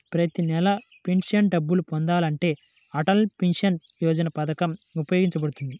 ప్రతి నెలా పెన్షన్ డబ్బులు పొందాలంటే అటల్ పెన్షన్ యోజన పథకం ఉపయోగపడుతుంది